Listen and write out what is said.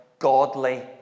Godly